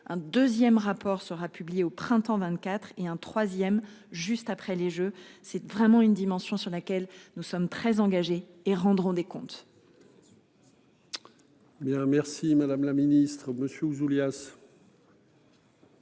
un 2ème rapport sera publié au printemps 24 et un 3e, juste après les Jeux. C'est vraiment une dimension sur laquelle nous sommes très engagés, et rendront des comptes. Bien, merci madame la ministre monsieur Ouzoulias.